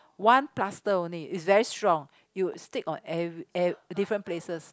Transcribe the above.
one plaster only it's very strong it would stick on every ev~ different places